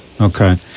Okay